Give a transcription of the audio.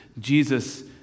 Jesus